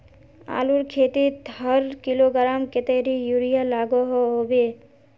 आलूर खेतीत हर किलोग्राम कतेरी यूरिया लागोहो होबे?